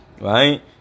right